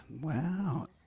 wow